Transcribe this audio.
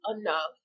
enough